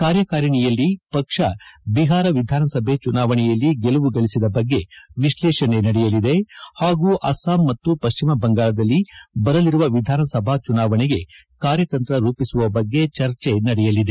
ಕಾರ್ಯಕಾರಿಣಿಯಲ್ಲಿ ಪಕ್ಷ ಬಿಹಾರ ವಿಧಾನಸಭೆ ಚುನಾವಣೆಯಲ್ಲಿ ಗೆಲುವು ಗಳಿಸಿದ ಬಗ್ಗೆ ವಿಸ್ಲೇಷಣೆ ನಡೆಯಲಿದೆ ಹಾಗೂ ಅಸ್ಲಾಂ ಮತ್ತು ಪಶ್ಚಿಮ ಬಂಗಾಳದಲ್ಲಿ ಬರಲಿರುವ ವಿಧಾನಸಭೆ ಚುನಾವಣೆಗೆ ಕಾರ್ಯತಂತ್ರ ರೂಪಿಸುವ ಬಗ್ಗೆ ಚರ್ಚೆ ನಡೆಯಲಿದೆ